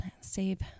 save